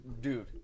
Dude